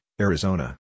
Arizona